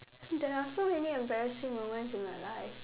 there are so many embarrassing moments in my life